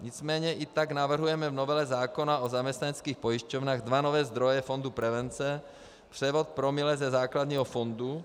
Nicméně i tak navrhujeme v novele zákona o zaměstnaneckých pojišťovnách dva nové zdroje fondu prevence: převod promile ze základního fondu.